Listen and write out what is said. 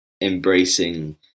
embracing